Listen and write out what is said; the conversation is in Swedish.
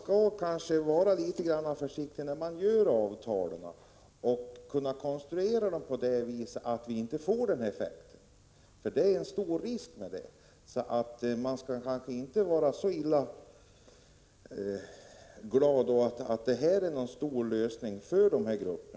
Så man kanske skall vara litet försiktig när man träffar avtalen och försöka konstruera dem så att de inte får denna effekt. Det är en stor risk för det. Man skall kanske inte vara så glad och tro att inskolningsplatserna skulle innebära en lösning för dessa ungdomsgrupper.